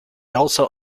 also